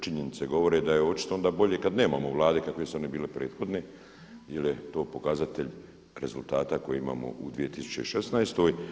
Činjenice govore da je očito onda bolje kada nemamo vlade kakve su bile one prethodne jel je to pokazatelj rezultata koje imamo u 2016.